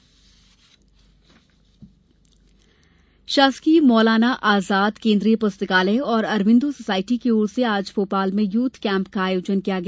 youth camp शासकीय मौलाना आजाद केन्द्रीय पुस्तकालय और अरविन्दो सोसायटी की ओर से आज भोपाल में यूथ कैंप का आयोजन किया गया